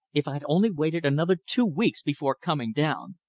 if i'd only waited another two weeks before coming down!